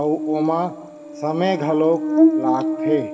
अउ ओमा समे घलौक लागथे